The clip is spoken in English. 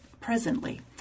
presently